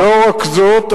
לא רק זאת,